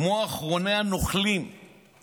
וכמו אחרוני הנוכלים הם